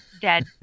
dead